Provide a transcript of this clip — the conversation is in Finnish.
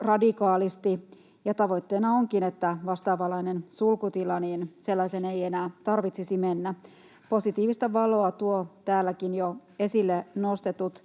radikaalisti, ja tavoitteena onkin, että vastaavanlaiseen sulkutilaan ei enää tarvitsisi mennä. Positiivista valoa tuovat nyt sitten jo täälläkin esille nostetut